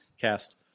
Cast